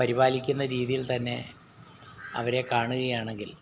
പരിപാലിക്കുന്ന രീതിയിൽ തന്നെ അവരെ കാണുകയാണെങ്കിൽ